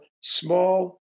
small